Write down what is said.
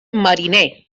mariner